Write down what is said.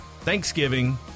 Thanksgiving